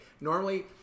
Normally